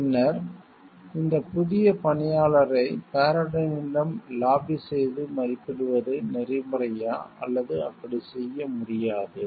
பின்னர் இந்த புதிய பணியாளரை பாரடைனிடம் லாபி செய்து மதிப்பிடுவது நெறிமுறையா அல்லது அப்படிச் செய்ய முடியாது